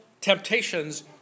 temptations